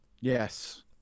Yes